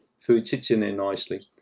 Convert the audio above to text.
food sits in there nicely,